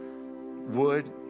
wood